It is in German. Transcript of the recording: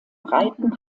breiten